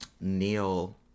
Neil